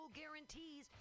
guarantees